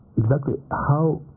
exactly how